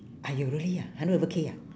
!aiyo! really ah hundred over K ah